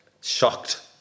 Shocked